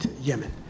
Yemen